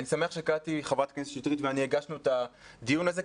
אני שמח שחברת הכנסת קטי שטרית ואני הגשנו את הדיון הזה,